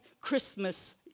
Christmas